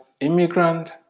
immigrant